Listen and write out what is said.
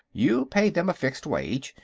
you pay them a fixed wage.